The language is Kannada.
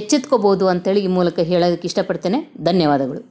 ಎಚ್ಚೆತ್ಕೋಬೋದು ಅಂತ ಹೇಳಿ ಈ ಮೂಲಕ ಹೇಳೋದಕ್ಕೆ ಇಷ್ಟಪಡ್ತೇನೆ ಧನ್ಯವಾದಗಳು